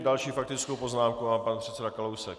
Další faktickou poznámku má pan předseda Kalousek.